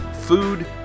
food